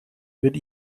wird